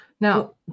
Now